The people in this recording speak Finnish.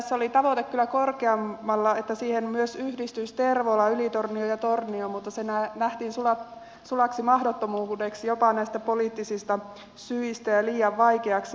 tässä oli tavoite kyllä korkeammalla että siihen myös yhdistyisivät tervola yli tornio ja tornio mutta se nähtiin sulaksi mahdottomuudeksi jopa näistä poliittisista syistä ja liian vaikeaksi harjoitukseksi